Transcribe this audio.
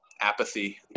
apathy